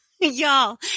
Y'all